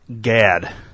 gad